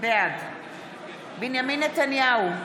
בעד בנימין נתניהו,